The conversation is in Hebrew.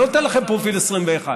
אני לא נותן לכם פרופיל 21,